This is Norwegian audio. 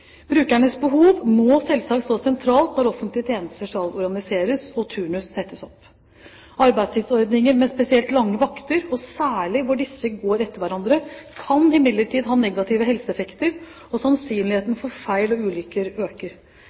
Brukernes behov må selvsagt stå sentralt når offentlige tjenester skal organiseres og turnuser settes opp. Arbeidstidsordninger med spesielt lange vakter, og særlig hvor disse går etter hverandre, kan imidlertid ha negative helseeffekter, og sannsynligheten for feil og ulykker øker.